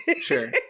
sure